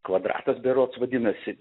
kvadratas berods vadinasi